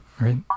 right